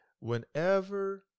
Whenever